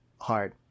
hard